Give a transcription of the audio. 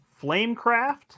Flamecraft